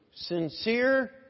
Sincere